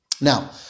Now